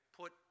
put